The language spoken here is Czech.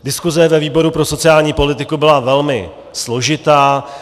Diskuse ve výboru pro sociální politiku byla velmi složitá.